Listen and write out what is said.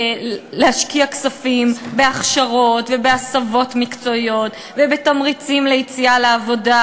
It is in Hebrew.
להשקיע כספים בהכשרות ובהסבות מקצועיות ובתמריצים ליציאה לעבודה,